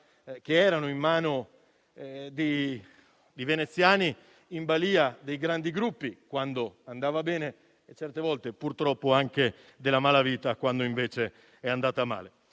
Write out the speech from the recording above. che erano in mano ai veneziani in balia dei grandi gruppi (quando andava bene) e certe volte purtroppo anche della malavita (quando invece è andata male).